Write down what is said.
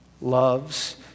loves